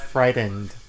Frightened